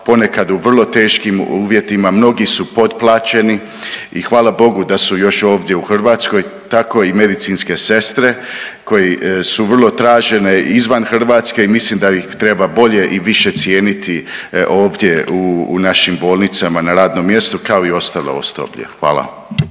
ponekad u vrlo teškim uvjetima. Mnogi su potplaćeni i hvala bogu da su još ovdje u Hrvatskoj. Tako i medicinske sestre koje su vrlo tražene izvan Hrvatske i mislim da ih treba bolje i više cijeniti ovdje u našim bolnicama, na radnom mjestu kao i ostalo osoblje. Hvala.